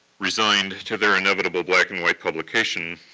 resigned to their inevitable black and white publication,